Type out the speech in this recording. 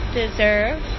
deserve